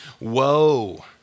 Woe